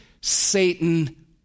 Satan